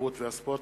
התרבות והספורט